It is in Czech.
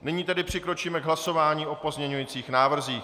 Nyní tedy přikročíme k hlasování o pozměňujících návrzích.